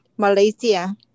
Malaysia